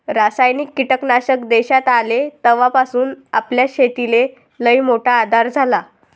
रासायनिक कीटकनाशक देशात आले तवापासून आपल्या शेतीले लईमोठा आधार झाला